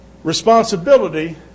Responsibility